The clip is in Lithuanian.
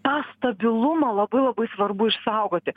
tą stabilumą labai labai svarbu išsaugoti